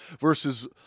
versus